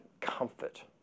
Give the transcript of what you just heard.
comfort